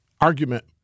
argument